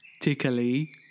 tickly